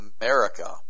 America